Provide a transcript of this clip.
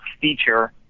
feature